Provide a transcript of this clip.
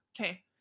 Okay